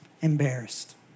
Embarrassed